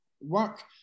work